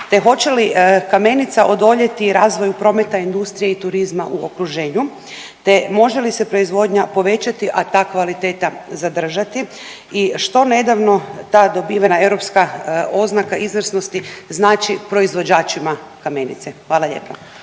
te hoće li kamenica odoljeti razvoju prometa, industrije i turizma u okruženju te može li se proizvodnja povećati, a ta kvaliteta zadržati i što nedavno ta dobivena europska oznaka izvrsnosti znači proizvođačima kamenice. Hvala lijepa.